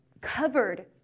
covered